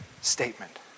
statement